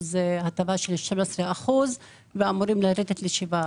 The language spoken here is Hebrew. הטבה של 13% ואנחנו אמורים לרדת ל-7%.